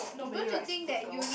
nobody likes thick girls